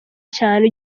cyane